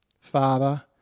Father